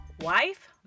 wife